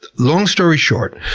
long story short,